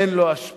אין לו השפעה,